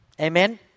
Amen